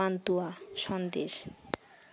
pantua Sandesh